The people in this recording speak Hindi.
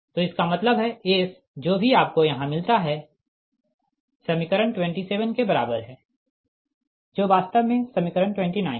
तो इसका मतलब है S जो भी आपको यहाँ मिलता है समीकरण 27 के बराबर है जो वास्तव में समीकरण 29 है